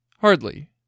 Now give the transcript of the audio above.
Hardly